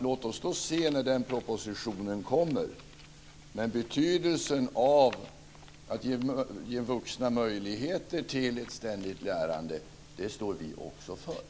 Låt oss då se när den propositionen kommer. Betydelsen av att ge vuxna möjligheter till ett ständigt lärande står vi också bakom.